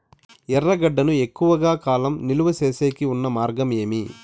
ఎర్రగడ్డ ను ఎక్కువగా కాలం నిలువ సేసేకి ఉన్న మార్గం ఏమి?